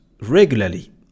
regularly